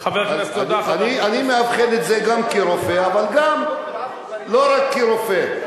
אני מאבחן את זה גם כרופא, אבל לא רק כרופא.